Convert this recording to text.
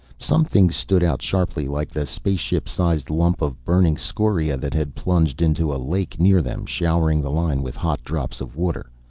some things stood out sharply like the spaceship-sized lump of burning scoria that had plunged into a lake near them, showering the line with hot drops of water.